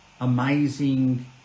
amazing